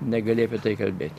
negali apie tai kalbėti